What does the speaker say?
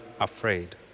afraid